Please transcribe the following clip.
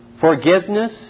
forgiveness